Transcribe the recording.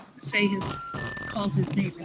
say his call his name.